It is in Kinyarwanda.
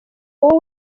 uwo